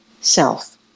self